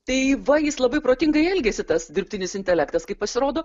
tai va jis labai protingai elgiasi tas dirbtinis intelektas kaip pasirodo